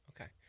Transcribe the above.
Okay